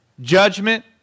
judgment